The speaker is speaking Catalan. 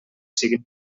siguin